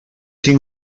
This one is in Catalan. tinc